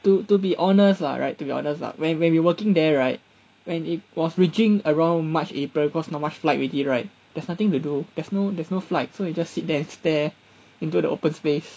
to to be honest lah right to be honest lah when when we working there right when it was reaching around march april because not much flight already right there's nothing to do there's no there's no flight so you just sit and stare into the open space